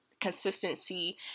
consistency